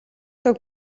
тог